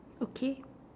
okay